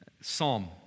Psalm